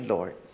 Lord